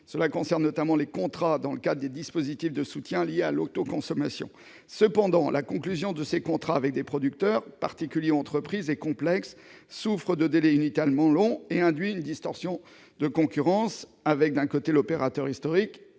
mesure concerne notamment les contrats dans le cadre des dispositifs de soutien liés à l'autoconsommation. Toutefois, la conclusion de ces contrats avec des producteurs, particuliers ou entreprises, se révèle complexe. Elle souffre de délais inutilement longs et induit une distorsion de concurrence entre, d'un côté, l'opérateur historique